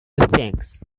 things